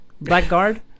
Blackguard